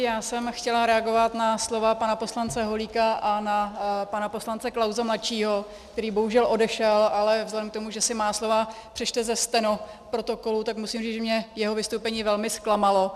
Já jsem chtěla reagovat na slova pana poslance Holíka a na pana poslance Klause mladšího, který bohužel odešel, ale vzhledem k tomu, že si má slova přečte ze stenoprotokolu, tak musím říct, že mě jeho vystoupení velmi zklamalo.